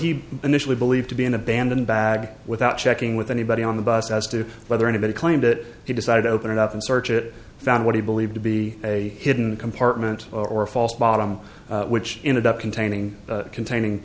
he initially believed to be an abandoned bag without checking with anybody on the bus as to whether anybody claimed that he decided to open it up and search it found what he believed to be a hidden compartment or a false bottom which ended up containing containing